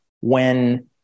when-